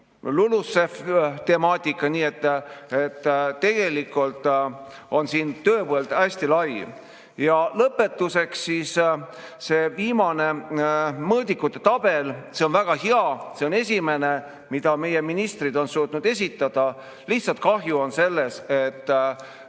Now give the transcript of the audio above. LULUCF‑i temaatika, nii et tegelikult on siin tööpõld hästi lai. Ja lõpetuseks see viimane mõõdikute tabel. See on väga hea, see on esimene, mida meie ministrid on suutnud esitada. Lihtsalt kahju on sellest, et